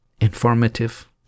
informative